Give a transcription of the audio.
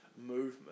movement